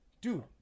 dude